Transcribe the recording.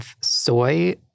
soy